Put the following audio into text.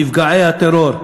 לאותם נפגעי הטרור,